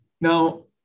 Now